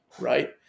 right